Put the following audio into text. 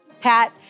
Pat